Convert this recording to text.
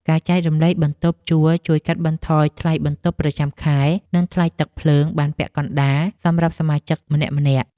ការចែករំលែកបន្ទប់ជួលជួយកាត់បន្ថយថ្លៃបន្ទប់ប្រចាំខែ និងថ្លៃទឹកភ្លើងបានពាក់កណ្តាលសម្រាប់សមាជិកម្នាក់ៗ។